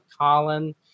Colin